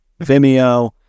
Vimeo